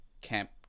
camp